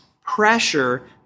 pressure